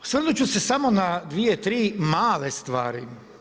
Osvrnut ću se samo na dvije, tri male stvari.